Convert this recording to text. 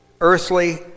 earthly